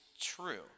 true